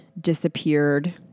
disappeared